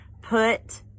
Put